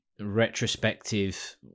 retrospective